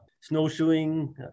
snowshoeing